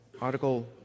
Article